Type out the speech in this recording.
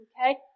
okay